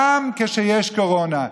גם כשיש קורונה.